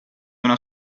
una